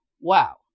wow